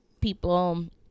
people